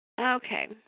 Okay